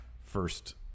first